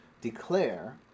declare